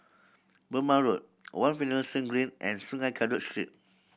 Burmah Road One Finlayson Green and Sungei Kadut Street